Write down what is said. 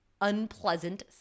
unpleasant